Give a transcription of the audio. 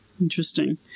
Interesting